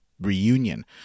reunion